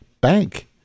bank